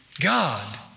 God